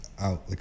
out